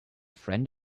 friend